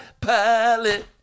pilot